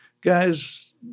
guys